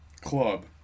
club